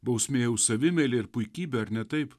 bausmė už savimeilę ir puikybę ar ne taip